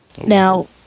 Now